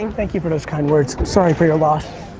thank you for those kind words, sorry for your loss.